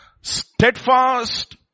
steadfast